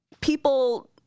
people